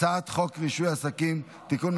אני קובע שהצעת חוק רישוי עסקים (תיקון,